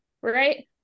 right